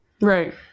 Right